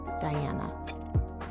Diana